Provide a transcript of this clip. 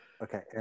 Okay